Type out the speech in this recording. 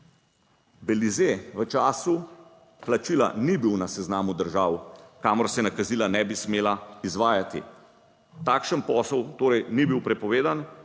Belize v času plačila ni bil na seznamu držav, kamor se nakazila ne bi smela izvajati, takšen posel torej ni bil prepovedan,